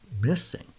missing